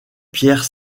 pierre